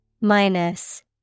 Minus